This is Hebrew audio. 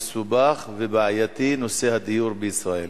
מסובך ובעייתי בנושא הדיור בישראל.